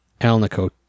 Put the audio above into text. Alnico